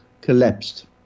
collapsed